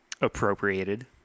appropriated